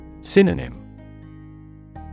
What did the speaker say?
Synonym